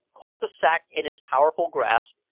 caught the sack in his powerful grasp,